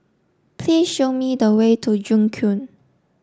please show me the way to Joo Koon